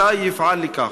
מתי יפעל לכך?